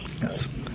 Yes